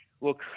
Look